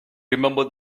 remembered